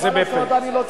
מה לעשות, אני לא צבר.